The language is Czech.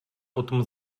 potom